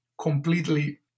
completely